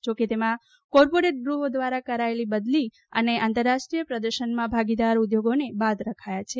જો કે તેમાં કોર્પોરેટ ગૃહો દ્વારા કરાયેલી બદલી અને આંતરરાષ્ટ્રીય પ્રદર્શનમાં ભાગીદાર ઉદ્યોગોને બાદ રખાયાં છે